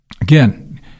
Again